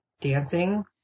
dancing